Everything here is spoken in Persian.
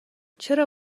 چرا